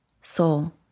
Soul